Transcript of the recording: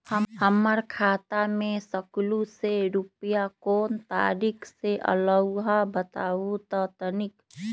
हमर खाता में सकलू से रूपया कोन तारीक के अलऊह बताहु त तनिक?